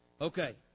Okay